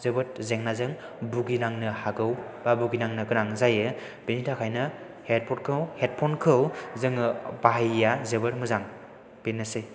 जोबोद जेंनाजों भुगिनांनो हागौ एबा भुगिनांनो गोनां जायो बेनि थाखायनो हेडफ'न खौ जोङो बाहायिआ जोबोद मोजां बेनोसै